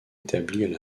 établie